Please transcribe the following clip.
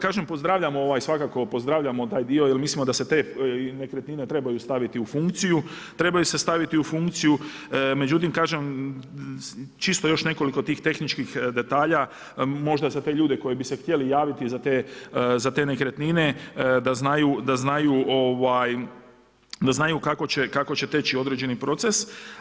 Kažem, pozdravljamo svakako pozdravljamo taj dio, jer mislimo da se te nekretnine trebaju staviti u funkciju, trebaju se staviti u funkciju, međutim, kažem, čisto još nekoliko tih tehničkih detalja, možda za te ljude koji bi se htjeli javiti za te nekretnine, da znaju ovaj da znaju kako će teći određeni proces.